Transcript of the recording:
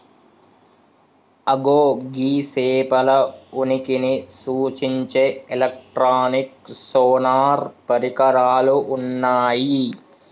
అగో గీ సేపల ఉనికిని సూచించే ఎలక్ట్రానిక్ సోనార్ పరికరాలు ఉన్నయ్యి